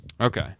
Okay